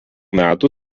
metų